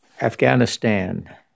Afghanistan